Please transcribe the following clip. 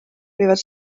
võivad